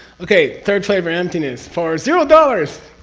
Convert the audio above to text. okay, third flavor emptiness for zero dollars?